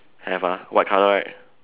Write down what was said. have ah white color right